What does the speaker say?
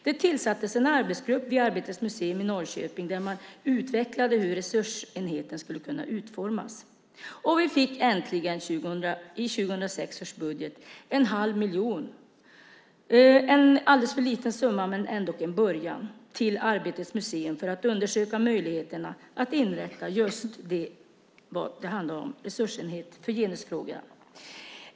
Det tillsattes en arbetsgrupp vid Arbetets museum i Norrköping där man utvecklade hur resursenheten skulle kunna utformas. I 2006 års budget fick vi äntligen 1⁄2 miljon kronor - en alldeles för liten summa men ändå en början - till Arbetets museum för att undersöka möjligheterna att inrätta just en resursenhet för genusfrågor.